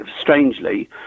strangely